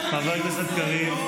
חבר הכנסת קריב.